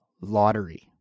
lottery